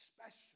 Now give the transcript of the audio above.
special